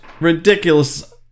ridiculous